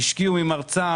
השקיעו ממרצם,